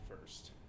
first